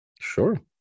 Sure